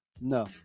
No